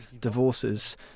divorces